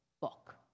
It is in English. Book